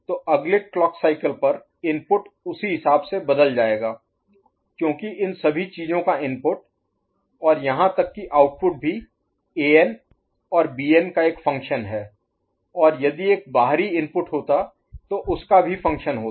तो अगले clock cycle पर इनपुट उसी हिसाब से बदल जाएगा क्योंकि इन सभी चीजों का इनपुट और यहां तक कि आउटपुट भी एन और बीएन का एक फ़ंक्शन है और यदि एक बाहरी इनपुट होता तो उसका भी फ़ंक्शन होता